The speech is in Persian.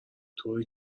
طوری